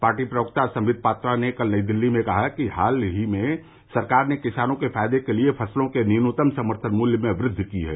party प्रवक्ता संवित पात्रा ने कल नई दिल्ली में कहा कि हाल में सरकार ने किसानों के फायदे के लिए फसलों के न्यूनतम समर्थन मूल्यों में वृद्वि की है